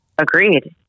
Agreed